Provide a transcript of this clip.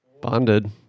Bonded